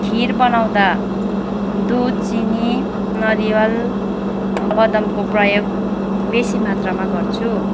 खिर बनाउँदा दुध चिनी नरिवल बदमको प्रयोग बेसी मात्रामा गर्छु